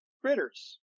Critters